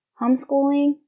Homeschooling